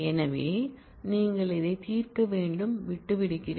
எனவே நீங்கள் அதை தீர்க்க மீண்டும் விட்டு விடுகிறேன்